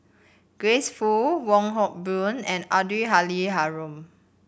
Grace Fu Wong Hock Boon and Abdul Halim Haron